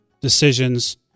decisions